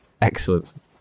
Excellent